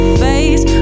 face